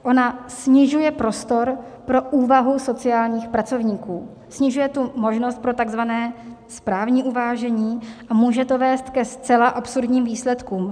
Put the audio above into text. Ona snižuje prostor pro úvahu sociálních pracovníků, snižuje možnost pro takzvané správní uvážení a může to vést ke zcela absurdním výsledkům.